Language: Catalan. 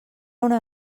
una